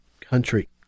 country